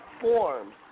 forms